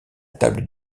table